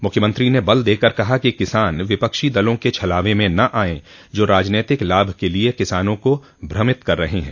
मुख्यमंत्री ने जोर देकर कहा कि किसान विपक्षी दलों के छलावे में न आयें जो राजनीतिक लाभ के लिए किसानों को भ्रमित कर रहे हैं